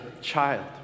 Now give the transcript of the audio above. child